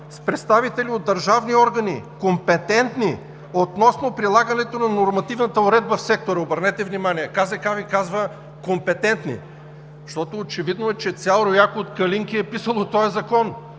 с представители от държавни органи, компетентни относно прилагането на нормативната уредба в сектора. Обърнете внимание, че КЗК Ви казва компетентни, защото очевидно е, че цял рояк от „калинки“ е писал този закон.